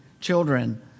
children